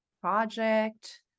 project